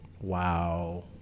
Wow